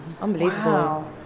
unbelievable